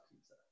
pizza